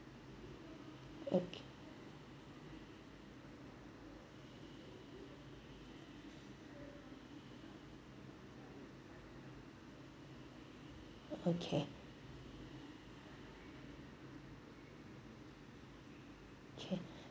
okay okay okay